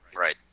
Right